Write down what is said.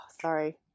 sorry